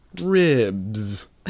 Ribs